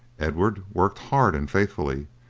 edward worked hard and faithfully,